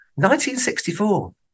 1964